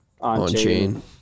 on-chain